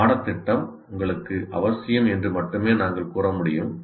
பாடத்திட்டம் உங்களுக்கு அவசியம் என்று மட்டுமே நாங்கள் கூற முடியும்